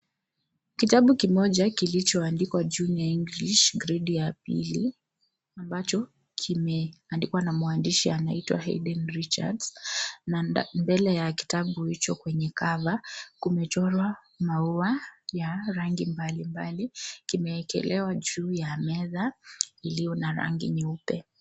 Kitabu kimoja kilichoandikwa [csjunior english gredi ya pili ambacho kimeandikwa na mwandishi anaitwa Helen Richards na mbele ya kitabu hicho kwenye cover kumechorwa maua ya rangi mbalimbali. Kimewekelewa juu ya meza iliyo na rangi nyeupe.